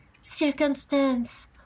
circumstance